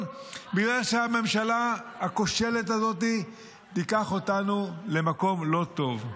בגלל שהממשלה הכושלת הזאת תיקח אותנו למקום לא טוב.